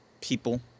People